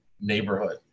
neighborhood